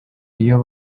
iyo